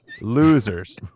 losers